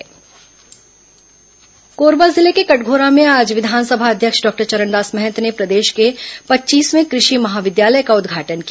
नये कृषि महाविद्यालय कोरबा जिले के कटघोरा में आज विधानसभा अध्यक्ष डॉक्टर चरणदास महंत ने प्रदेश के पच्चीसवें कृषि महाविद्यालय का उद्घाटन किया